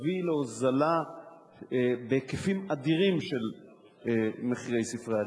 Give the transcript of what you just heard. שתביא להוזלה בהיקפים אדירים של ספרי הלימוד.